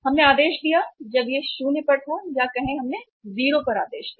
हमने आदेश दिया जब यह शून्य पर था या कहें 0 पर हमने आदेश दिया